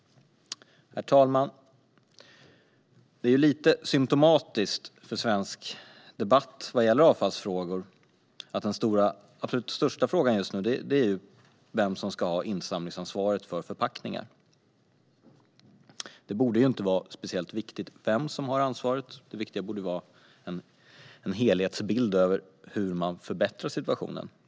Herr talman! Det är lite symtomatiskt för svensk debatt vad gäller avfallsfrågor att den absolut största frågan just nu är vem som ska ha insamlingsansvaret för förpackningar. Det borde inte vara speciellt viktigt vem som har ansvaret; det viktiga borde vara en helhetsbild av hur man förbättrar situationen.